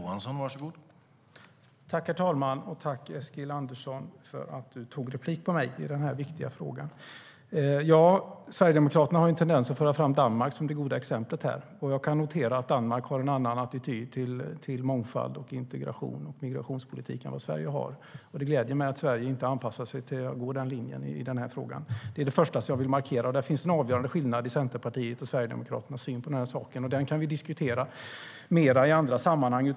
Herr talman! Tack, Mikael Eskilandersson, för att du begärde replik i den viktiga frågan. Sverigedemokraterna har en tendens att föra fram Danmark som det goda exemplet. Jag noterar att Danmark har en annan attityd till mångfald, integration och migrationspolitik än vad Sverige har. Det gläder mig att Sverige inte anpassar sig till den linjen i frågan. Det är det första jag vill markera. Där finns en avgörande skillnad mellan Centerpartiets och Sverigedemokraternas syn på saken. Den kan vi diskutera mer i andra sammanhang.